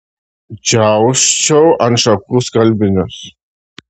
džiausčiau ant šakų skalbinius